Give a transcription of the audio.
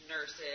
nurses